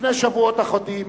לפני שבועות אחדים